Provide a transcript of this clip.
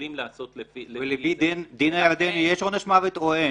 משתדלים לעשות לפי -- ולפי הדין הירדני יש עונש מוות או אין?